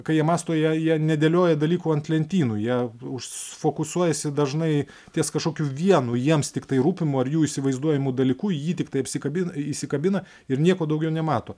kai jie mąsto jie jie nedėlioja dalykų ant lentynų jie s fokusuojasi dažnai ties kažkokiu vienu jiems tiktai rūpimu ar jų įsivaizduojamu dalyku jį tiktai apsikabin įsikabina ir nieko daugiau nemato